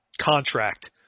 Contract